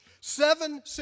Seven